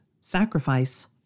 sacrifice